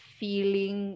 feeling